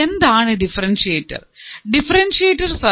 എന്താണ് ഡിഫറെൻഷ്യറ്റർ